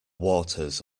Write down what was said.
waters